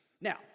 Now